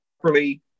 properly